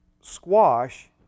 squash